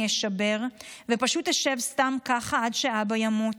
אשבר ופשוט אשב סתם ככה עד שאבא ימות.